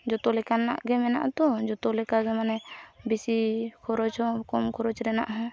ᱡᱚᱛᱚ ᱞᱮᱠᱟᱱᱟᱜ ᱜᱮ ᱢᱮᱱᱟᱜᱼᱟ ᱛᱚ ᱡᱚᱛᱚ ᱞᱮᱠᱟᱜᱮ ᱢᱟᱱᱮ ᱵᱮᱥᱤ ᱠᱷᱚᱨᱚᱪᱦᱚᱸ ᱠᱚᱢ ᱠᱷᱚᱨᱚᱪ ᱨᱮᱱᱟᱜ ᱦᱚᱸ